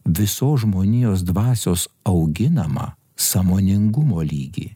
visos žmonijos dvasios auginamą sąmoningumo lygį